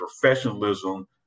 professionalism